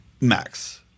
max